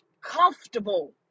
comfortable